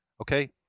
Okay